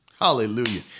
hallelujah